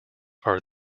are